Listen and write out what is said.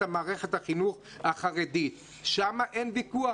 מערכת החינוך החרדית - שם אין ויכוח.